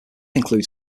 includes